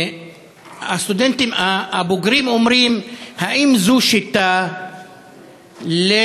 הסטודנטים הבוגרים אומרים: האם זו שיטה לטפל,